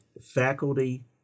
faculty